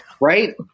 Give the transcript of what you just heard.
Right